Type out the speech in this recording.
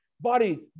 Body